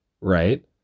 right